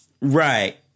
right